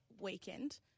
weekend